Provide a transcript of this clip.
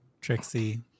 Trixie